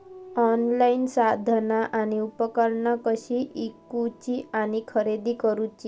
Online साधना आणि उपकरणा कशी ईकूची आणि खरेदी करुची?